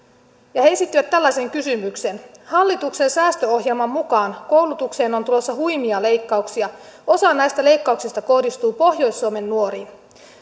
he esittivät tällaisen kysymyksen hallituksen säästöohjelman mukaan koulutukseen on tulossa huimia leikkauksia osa näistä leikkauksista kohdistuu pohjois suomen nuoriin